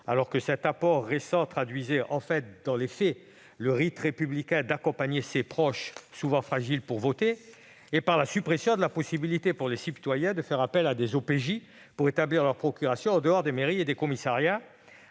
familiales. Cet apport récent traduisait dans les faits le rite républicain d'accompagner ses proches, souvent fragiles, pour voter. La possibilité pour les citoyens de faire appel à des OPJ pour établir leur procuration en dehors des mairies et commissariats